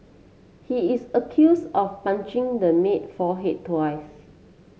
he is accuse of punching the maid forehead twice